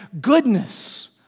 goodness